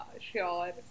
sure